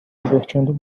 divertindo